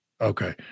Okay